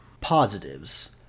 Positives